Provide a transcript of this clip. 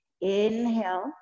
Inhale